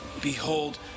Behold